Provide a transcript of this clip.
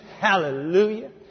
Hallelujah